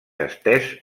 estès